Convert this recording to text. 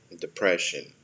depression